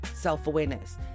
self-awareness